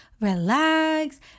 relax